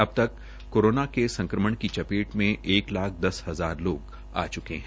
अबतक कोरोना के संक्रमण की चपेट में एक लाख दस हजार लोग आ च्के है